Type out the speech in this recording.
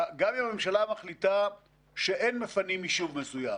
גם אם הממשלה מחליטה שאין מפנים יישוב מסוים,